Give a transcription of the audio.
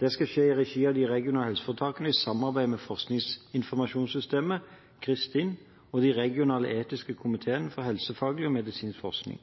Det skal skje i regi av de regionale helseforetakene og i samarbeid med forskningsinformasjonssystemet CRIStin og de regionale etiske komiteene for helsefaglig og medisinsk forskning.